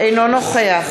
אינו נוכח